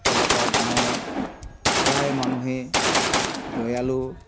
এলেকাৰ গাঁও প্ৰায় মানুহেই দয়ালু